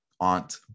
Aunt